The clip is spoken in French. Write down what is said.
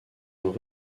ont